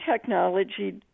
technology